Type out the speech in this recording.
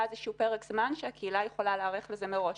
איזשהו פרק זמן שהקהילה יכולה להיערך לכך מראש,